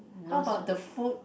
how about the food